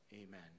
Amen